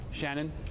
Shannon